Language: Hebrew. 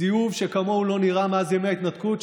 סיאוב שכמוהו לא נראה מאז ימי ההתנתקות,